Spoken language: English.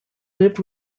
lived